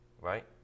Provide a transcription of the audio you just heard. Right